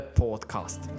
podcast